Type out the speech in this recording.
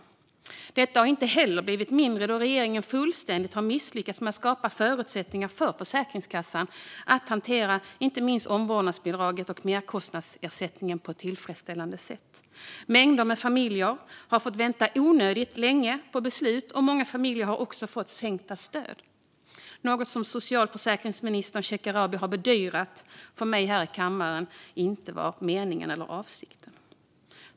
Detta problem har inte heller blivit mindre då regeringen fullständigt har misslyckats med att skapa förutsättningar för Försäkringskassan att hantera inte minst omvårdnadsbidraget och merkostnadsersättningen på ett tillfredsställande sätt. Mängder med familjer har fått vänta onödigt länge på beslut, och många familjer har också fått sänkta stöd - något som socialförsäkringsminister Shekarabi har bedyrat för mig här i kammaren inte var avsikten.